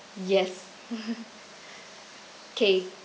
yes okay